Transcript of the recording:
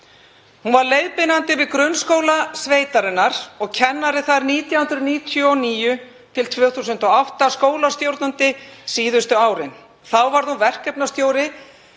Hún var leiðbeinandi við grunnskóla sveitarinnar og kennari þar 1999–2008, skólastjórnandi síðustu árin. Þá varð hún verkefnastjóri